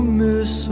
miss